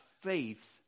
faith